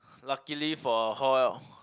luckily for hall